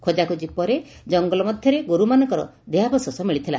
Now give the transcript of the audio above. ଖୋଜାଖୋଜି ପରେ ଜଙ୍ଗଲ ମଧରେ ଗୋରୁମାନଙ୍କର ଦେହାବଶେଷ ମିଳିଥିଲା